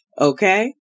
okay